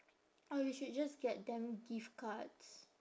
or you should just get them gift cards